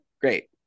great